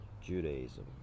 Judaism